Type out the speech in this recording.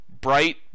bright